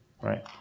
Right